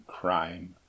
crime